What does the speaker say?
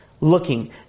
looking